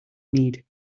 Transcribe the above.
need